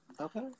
Okay